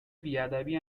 بیادبی